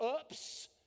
oops